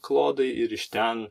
klodai ir iš ten